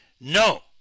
No